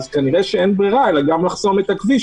אז כנראה שאין ברירה אלא גם לחסום את הכביש,